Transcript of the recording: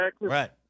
right